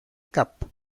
cap